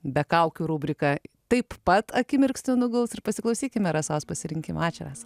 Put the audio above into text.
be kaukių rubrika taip pat akimirksniu nuguls ir pasiklausykime rasos pasirinkimo ačiū rasa